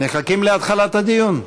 מחכים להתחלת הדיון.